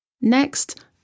Next